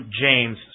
James